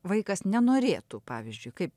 vaikas nenorėtų pavyzdžiui kaip